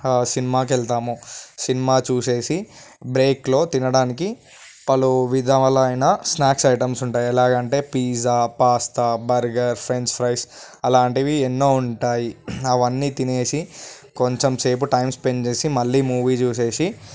సినిమాకి వెళ్తాం సినిమా చూసేసి బ్రేక్లో తినడానికి పలు విధాలైన స్నాక్స్ ఐటమ్స్ ఉంటాయి ఎలాగంటే pizza pasta burger French fries అలాంటివి ఎన్నో ఉంటాయి అవన్నీ తినేసి కొంచెం సేపు టైం స్పెండ్ చేసి మళ్ళీ మూవీ చూసేసి